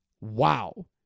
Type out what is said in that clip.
Wow